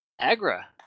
Agra